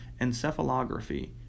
encephalography